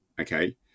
okay